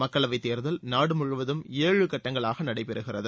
மக்களவைத் தேர்தல் நாடு முழுவதும் ஏழு கட்டங்களாக நடைபெறுகிறது